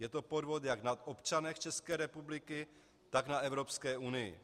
Je to podvod jak na občanech České republiky, tak na Evropské unii.